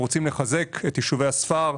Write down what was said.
אנחנו רוצים לחזק את יישובי הספר,